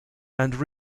and